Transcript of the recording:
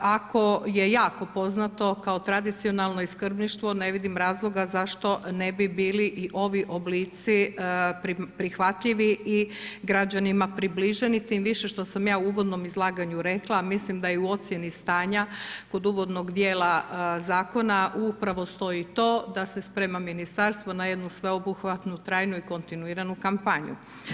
Ako je jako poznato kao tradicionalno skrbništvo, ne vidim razloga zašto ne bi bili i ovi oblici prihvatljivi i građanima približeni, tim više što sam ja u uvodnom izlaganju rekla, a mislim da je i u ocjeni stanja kod uvodnog dijela zakona upravo stoji to da se sprema ministarstvo na jednu sveobuhvatnu trajnu i kontinuiranu kampanju.